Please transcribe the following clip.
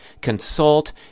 consult